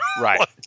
Right